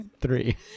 three